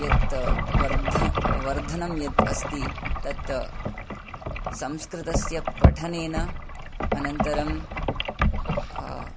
यत् वर्ध वर्धनं यत् अस्ति तत् संस्कृतस्य पठनेन अनन्तरं